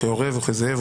כעורב וכזאב,